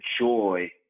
joy